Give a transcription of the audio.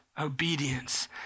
obedience